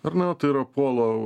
ir nato yra puola